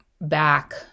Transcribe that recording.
back